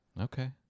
Okay